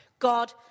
God